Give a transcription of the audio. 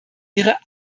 ihre